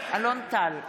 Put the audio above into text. אלון טל,